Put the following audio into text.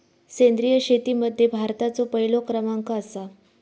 सेंद्रिय शेतीमध्ये भारताचो पहिलो क्रमांक आसा